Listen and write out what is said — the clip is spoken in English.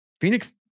Phoenix